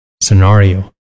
scenario